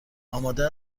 آماده